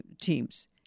teams